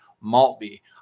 Maltby